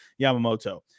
Yamamoto